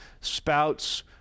spouts